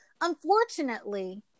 unfortunately